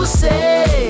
say